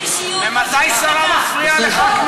ממתי שרה מפריעה לחבר כנסת